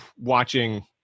watching